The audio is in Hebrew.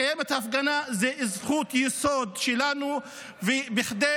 לקיים את ההפגנה זה זכות יסוד שלנו בכדי